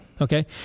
Okay